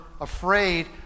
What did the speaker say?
afraid